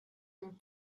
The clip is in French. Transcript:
mon